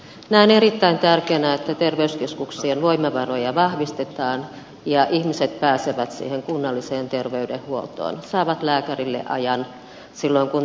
näen erittäin tärkeänä että terveyskeskuksien voimavaroja vahvistetaan ja ihmiset pääsevät siihen kunnalliseen terveydenhuoltoon saavat lääkärille ajan silloin kun tarvetta on